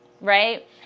Right